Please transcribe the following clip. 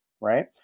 right